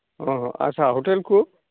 ᱚ ᱟᱪᱪᱷᱟ ᱦᱳᱴᱮᱞ ᱠᱚ